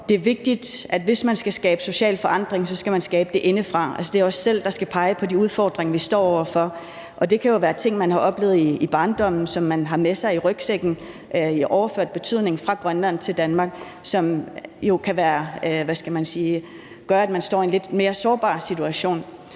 det er vigtigt, at man, hvis man skal skabe social forandring, skal skabe det indefra. Det er os selv, der skal pege på de udfordringer, vi står over for. Og det kan jo være ting, man har oplevet i barndommen, og som man i overført betydning har med sig i rygsækken fra Grønland til Danmark, og som jo, hvad skal man sige, kan gøre, at man står i en lidt mere sårbar situation.